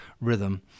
rhythm